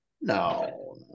No